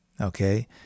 okay